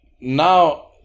now